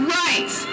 rights